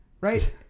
right